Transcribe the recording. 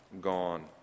gone